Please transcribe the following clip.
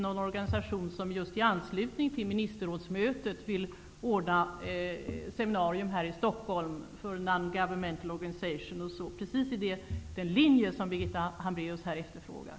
En organisation vill just i anslutning till ministerrådsmötet ordna ett seminarium i Stockholm för ''non-governmental organisations''. Det ligger precis i linje med det som Birgitta Hambraeus här efterfrågar.